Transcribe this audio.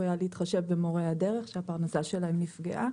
היה להתחשב במורי הדרך שהפרנסה שלהם נפגעה